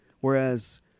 whereas